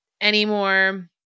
anymore